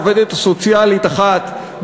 עובדת סוציאלית אחת,